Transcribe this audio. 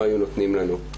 לא היו נותנים לו.